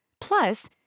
Plus